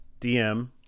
DM